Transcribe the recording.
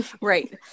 right